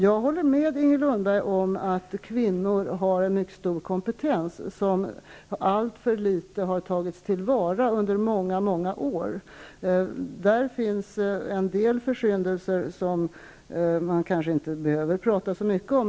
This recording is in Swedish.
Jag håller med Inger Lundberg om att kvinnor har en mycket stor kompetens som alltför litet har tagits till vara under många, många år. Där finns en del försyndelser som man kanske inte behöver prata så mycket om.